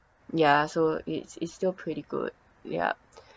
ya so it's it's still pretty good yup